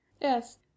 Yes